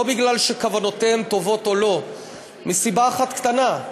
לא כי כוונותיהם טובות או לא; מסיבה אחת קטנה: